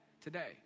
today